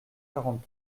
quarante